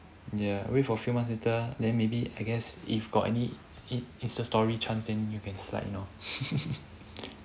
ya wait for few months later ah maybe I guess if got any in~ insta story chance then you can slide lor